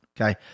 Okay